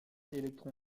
électron